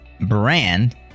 brand